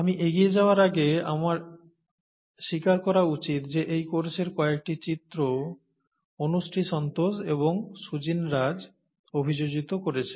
আমি এগিয়ে যাওয়ার আগে আমার স্বীকার করা উচিত যে এই কোর্সের কয়েকটি চিত্র অনুশ্রী সন্তোষ এবং সুজিন রাজ অভিযোজিত করেছেন